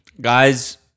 guys